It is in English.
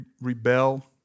rebel